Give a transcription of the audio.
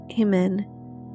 Amen